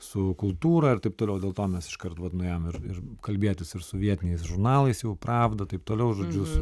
su kultūra ir taip toliau dėl to mes iškart vat nuėjom ir ir kalbėtis ir su vietiniais žurnalais jau pravda taip toliau žodžiu su